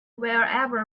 wherever